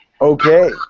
Okay